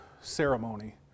ceremony